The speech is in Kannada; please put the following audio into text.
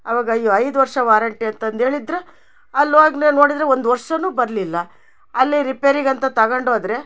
ಅವಾಗಯ್ಯೋ ಐದು ವರ್ಷ ವಾರಂಟಿ ಅಂತಂದು ಹೇಳಿದ್ರೆ ಅಲ್ಲೋಗ್ನೆ ನೋಡಿದರೆ ಒಂದು ವರ್ಷನು ಬರಲಿಲ್ಲ ಅಲ್ಲಿ ರಿಪೇರಿಗೆ ಅಂತ ತಗಂಡೋದ್ರೆ